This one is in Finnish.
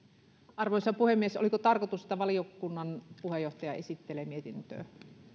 arvoisa puhemies oliko tarkoitus että valiokunnan puheenjohtaja esittelee mietintöä